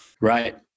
Right